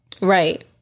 Right